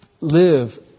live